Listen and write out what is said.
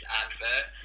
advert